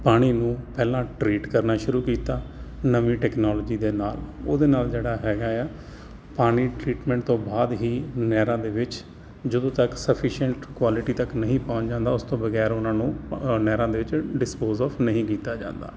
ਪਾਣੀ ਨੂੰ ਪਹਿਲਾਂ ਟ੍ਰੀਟ ਕਰਨਾ ਸ਼ੁਰੂ ਕੀਤਾ ਨਵੀਂ ਟੈਕਨੋਲੋਜੀ ਦੇ ਨਾਲ ਉਹਦੇ ਨਾਲ ਜਿਹੜਾ ਹੈਗਾ ਆ ਪਾਣੀ ਟ੍ਰੀਟਮੈਂਟ ਤੋਂ ਬਾਅਦ ਹੀ ਨਹਿਰਾਂ ਦੇ ਵਿੱਚ ਜਦੋਂ ਤੱਕ ਸਫੀਸ਼ੀਐਂਟ ਕੁਆਲਿਟੀ ਤੱਕ ਨਹੀਂ ਪਹੁੰਚ ਜਾਂਦਾ ਉਸ ਤੋਂ ਬਗੈਰ ਉਹਨਾਂ ਨੂੰ ਨਹਿਰਾਂ ਦੇ ਵਿੱਚ ਡਿਸਪੋਜ ਆਫ ਨਹੀਂ ਕੀਤਾ ਜਾਂਦਾ